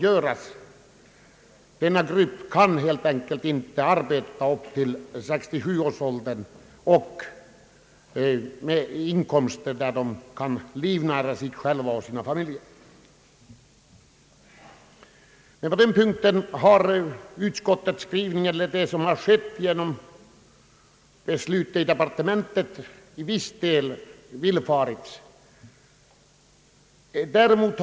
Den aktuella gruppen kan helt enkelt inte genom att arbeta ända till 67 års ålder skaffa sig inkomster som är tillräckligt stora för att arbetaren i fråga skall kunna försörja sig och sin familj. På denna punkt har våra önskemål nu till viss del villfarits genom det beslut om en utredning som fattats i vederbörande departement.